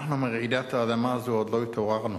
אנחנו מרעידת האדמה הזאת עוד לא התעוררנו,